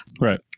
Right